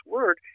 Word